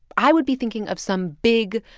i would be thinking of some big,